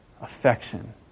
affection